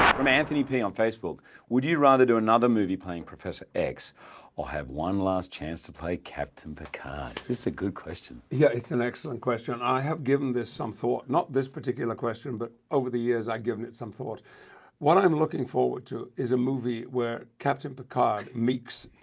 um from anthony p on facebook would you rather do another movie playing professor x or have one last chance to play captain picard? this a good question yeah it's an excellent question and i have given this some thought not this particular question but over the years i've given it some thought what i am looking forward to is a movie where captain picard meeks.